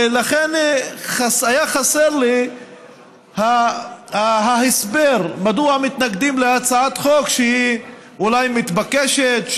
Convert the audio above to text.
ולכן היה חסר לי ההסבר מדוע מתנגדים להצעת חוק שהיא אולי מתבקשת,